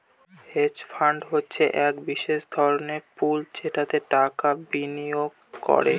hedge fund হচ্ছে এক বিশেষ ধরনের পুল যেটাতে টাকা বিনিয়োগ করে